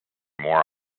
more